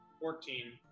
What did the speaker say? Fourteen